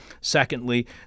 Secondly